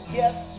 yes